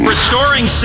restoring